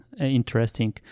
interesting